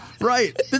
right